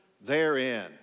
therein